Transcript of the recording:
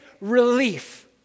relief